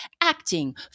acting